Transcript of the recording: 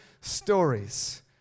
stories